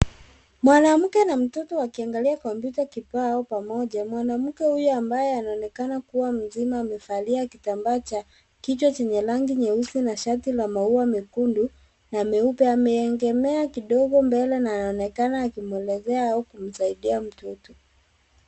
Mwanamke na mtoto wakiangalila kompyuta kibao pamoja. Mwanamke huyo ambaye anaonekana kuwa mzima amevalia kitambaa cha kichwa chenye rangi nyeusi na shati la maua mekundu na meupe ameegemea mbele kidogo na anaonekana akimwelezea au kumsaidia mtoto.